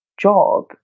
job